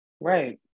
Right